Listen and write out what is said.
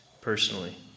personally